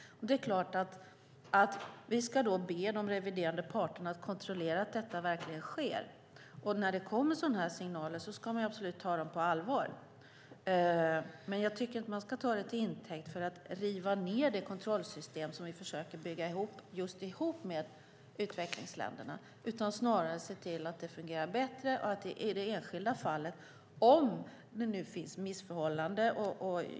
Vi ska be de reviderande parterna att kontrollera att detta verkligen sker. När det kommer sådana här signaler ska man absolut ta dem på allvar. Men jag tycker inte att man ska ta det till intäkt för att riva ned det kontrollsystem som vi försöker bygga upp tillsammans med utvecklingsländerna utan se till att det fungerar bättre i det enskilda fallet om det finns missförhållanden.